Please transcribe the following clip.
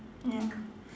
ya